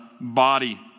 body